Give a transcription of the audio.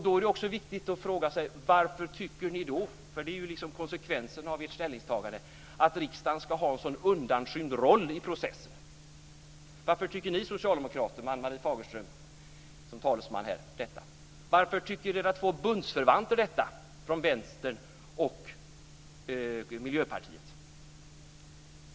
Det är också viktigt att fråga sig: Varför tycker ni - det är ju konsekvensen av ert ställningstagande - att riksdagen ska ha en så undanskymd roll i processen? Varför tycker ni socialdemokrater - med Ann-Marie Fagerström som talesman här - detta? Varför tycker era två bundsförvanter, Vänstern och Miljöpartiet, detta?